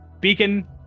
Beacon